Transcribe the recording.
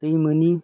दै मोनि